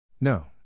No